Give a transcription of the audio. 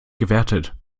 gewertet